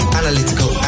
analytical